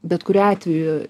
bet kuriuo atveju